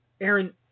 Aaron